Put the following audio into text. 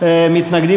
לא נתקבלה.